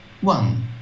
One